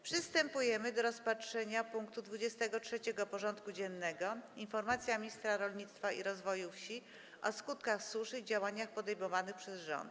Przystępujemy do rozpatrzenia punktu 23. porządku dziennego: Informacja ministra rolnictwa i rozwoju wsi o skutkach suszy i działaniach podejmowanych przez rząd.